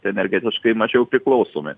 energetiškai mažiau priklausomi